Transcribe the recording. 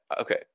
okay